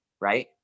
right